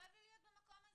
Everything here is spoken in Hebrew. כואב לי להיות במקום הזה.